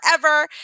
forever